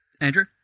Andrew